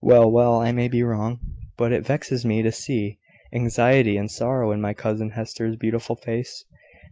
well, well i may be wrong but it vexes me to see anxiety and sorrow in my cousin hester's beautiful face